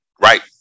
right